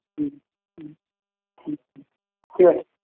হুম হুম হুম হুম ঠিক আছে